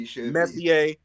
Messier